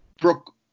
Brooke